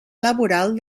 laboral